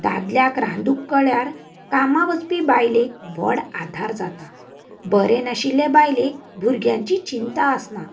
दादल्याक रांदूंक कळ्ळ्यार कामांक वचपी बायलेक व्हड आदार जाता बरें नाशिल्ल्या बायलेक भुरग्याची चिंता आसना